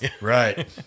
right